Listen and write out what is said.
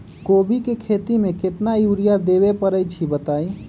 कोबी के खेती मे केतना यूरिया देबे परईछी बताई?